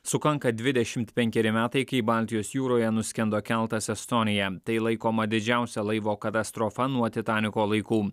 sukanka dvidešimt penkeri metai kai baltijos jūroje nuskendo keltas estonia tai laikoma didžiausia laivo katastrofa nuo titaniko laikų